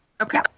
Okay